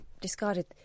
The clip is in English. discarded